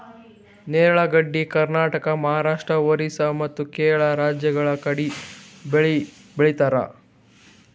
ನೇರಳೆ ಗಡ್ಡಿ ಕರ್ನಾಟಕ, ಮಹಾರಾಷ್ಟ್ರ, ಓರಿಸ್ಸಾ ಮತ್ತ್ ಕೇರಳ ರಾಜ್ಯಗಳ್ ಕಡಿ ಭಾಳ್ ಬೆಳಿತಾರ್